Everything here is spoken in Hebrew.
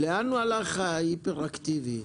איפה טיבי,